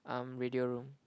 um radio room